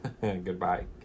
Goodbye